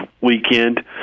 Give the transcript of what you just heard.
weekend